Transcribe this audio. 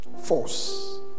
force